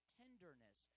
tenderness